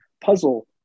puzzle